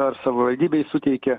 ar savavaldybei suteikia